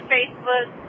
Facebook